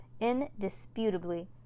indisputably